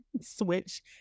switch